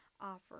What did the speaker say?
offer